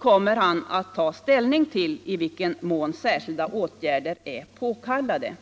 kommer att ta ställning till i vilken mån särskilda åtgärder är påkallade.